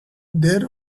there